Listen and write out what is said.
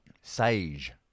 sage